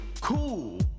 cool